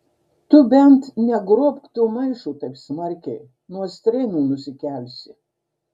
tu bent negrobk to maišo taip smarkiai nuo strėnų nusikelsi